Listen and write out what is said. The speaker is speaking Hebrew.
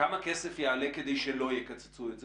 כמה כסף יעלה כדי שלא יקצצו את זה?